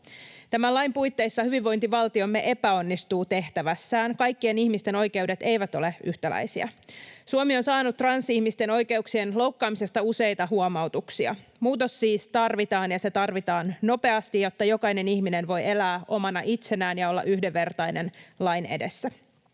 Tämän lain puitteissa hyvinvointivaltiomme epäonnistuu tehtävässään — kaikkien ihmisten oikeudet eivät ole yhtäläisiä. Suomi on saanut transihmisten oikeuksien loukkaamisesta useita huomautuksia. Muutos siis tarvitaan, ja se tarvitaan nopeasti, jotta jokainen ihminen voi elää omana itsenään ja olla yhdenvertainen lain edessä.